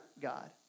God